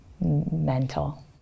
Mental